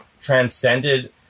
transcended